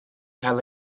cael